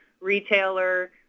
retailer